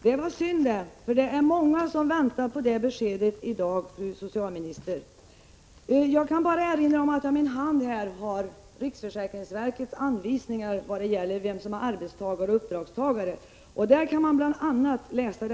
Herr talman! Det var synd, för det är många som väntar på besked i dag, fru socialminister. Jag har i min hand riksförsäkringsverkets anvisningar om vem som är arbetstagare och vem som är uppdragstagare. Där kan man bl.a. läsa